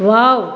wow